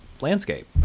landscape